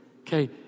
Okay